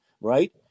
right